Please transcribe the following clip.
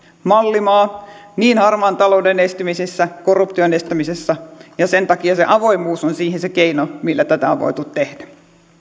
mallimaa niin harmaan talouden estämisessä kuin korruption estämisessä ja avoimuus on ollut siihen se keino millä tätä on voitu tehdä